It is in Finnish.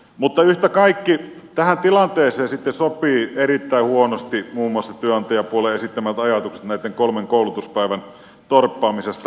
mutta yhtä kaikki tähän tilanteeseen sitten sopivat erittäin huonosti muun muassa työnantajapuolen esittämät ajatukset näitten kolmen koulutuspäivän torppaamisesta